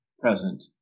present